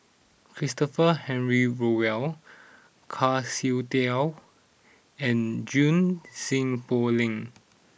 Christopher Henry Rothwell Kwa Siew Tee and Junie Sng Poh Leng